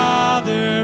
Father